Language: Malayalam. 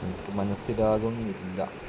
എനിക്ക് മനസ്സിലാകുന്നില്ല